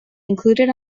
included